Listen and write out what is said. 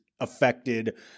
affected